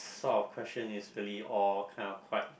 sort of question all kind of quite